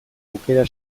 aukera